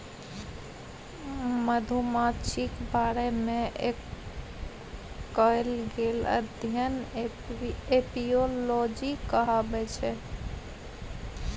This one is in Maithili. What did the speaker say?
मधुमाछीक बारे मे कएल गेल अध्ययन एपियोलाँजी कहाबै छै